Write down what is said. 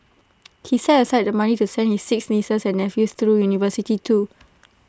he set aside the money to send his six nieces and nephews through university too